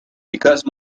because